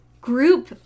group